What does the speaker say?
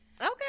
Okay